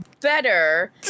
better